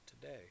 today